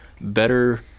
better